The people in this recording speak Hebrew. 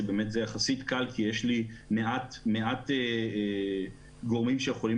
שזה קל יחסית כי יש לי מעט גורמים שיכולים